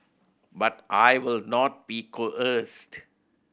but I will not be coerced